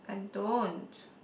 I don't